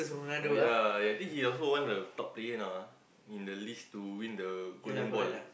oh ya ya I think he also one of the top player now ah in the list to win the golden ball